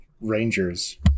Rangers